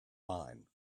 mine